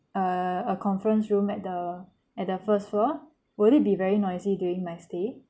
err a conference room at the at the first floor will it be very noisy during my stay